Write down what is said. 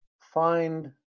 find